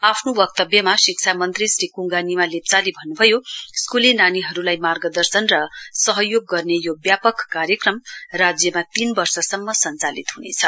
आफ्नो वक्तव्यमा शिक्षा मन्त्री श्री कुगा निमा लेप्चाले भन्नुभयो स्कूले नानीहरुलाई मार्गदर्शन र सहयोग गर्ने यो व्यापक कार्यक्रम राज्यमा तीन वर्षसम्म सञ्चालित हुनेछ